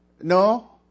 no